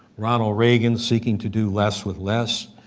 ronald raegan seeking to do less with less,